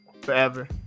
forever